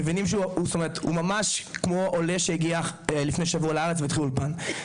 מבינים שהוא ממש כמו עולה שהגיע לפני שבוע לארץ והתחיל אולפן.